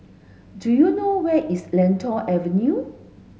do you know where is Lentor Avenue